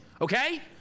Okay